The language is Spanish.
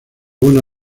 buena